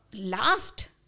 last